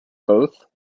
both